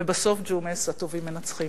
ובסוף, ג'ומס, הטובים מנצחים.